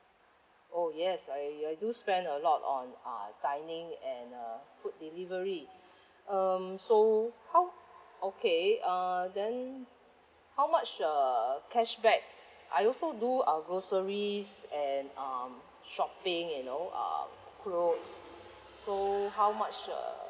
oh yes I I do spend a lot on uh dining and uh food delivery um so how okay uh then how much uh cashback I also do uh groceries and um shopping you know uh clothes so how much uh